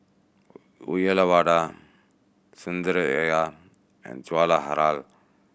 Uyyalawada Sundaraiah and Jawaharlal